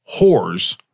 whores